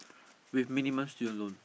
with minimum student loan